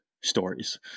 stories